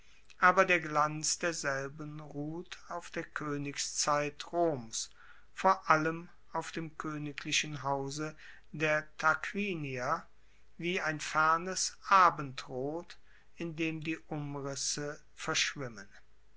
aber der glanz derselben ruht auf der koenigszeit roms vor allem auf dem koeniglichen hause der tarquinier wie ein fernes abendrot in dem die umrisse verschwimmen